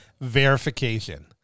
Verification